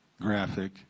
graphic